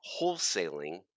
wholesaling